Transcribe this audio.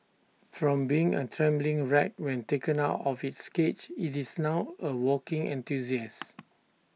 from being A trembling wreck when taken out of its cage IT is now A walking enthusiast